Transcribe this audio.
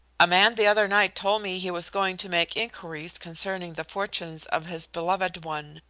a man the other night told me he was going to make inquiries concerning the fortunes of his beloved one.